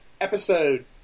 episode